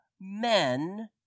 men